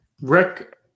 Rick